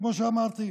כמו שאמרתי,